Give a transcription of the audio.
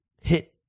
hit